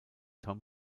tom